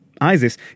ISIS